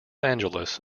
angeles